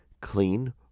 clean